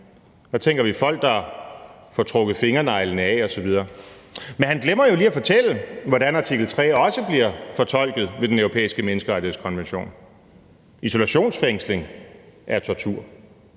så tænker vi folk, der får trukket fingerneglene af osv., men han glemmer jo lige at fortælle, hvordan artikel 3 også bliver fortolket ved Den Europæiske Menneskerettighedsdomstol. Isolationsfængsling er tortur,